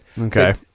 Okay